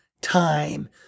time